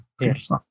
yes